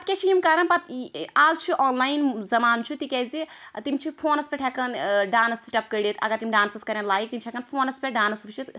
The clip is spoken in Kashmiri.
پَتہٕ کیاہ چھِ یم کران پَتہٕ آز چھ آنلاین زمان چھُ تکیاز تم چھِ فونَس پیٚٹھ ہیٚکان ڈانس سٹیٚپ کٔڑِتھ اگر تِم ڈانسَس کران لایک تم چھ ہیٚکان فونَس پیٚٹھ ڈانس وٕچھِتھ